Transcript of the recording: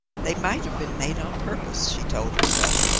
they might have been made on purpose, she told herself,